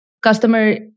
customer